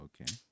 okay